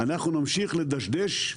אנחנו נמשיך לדשדש,